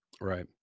Right